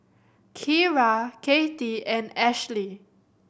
Keira Cathey and Ashleigh